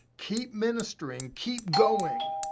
keep ministering, keep going.